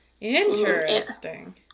Interesting